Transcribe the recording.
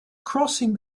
crossing